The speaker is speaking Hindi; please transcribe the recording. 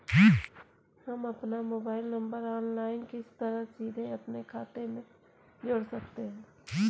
हम अपना मोबाइल नंबर ऑनलाइन किस तरह सीधे अपने खाते में जोड़ सकते हैं?